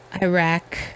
Iraq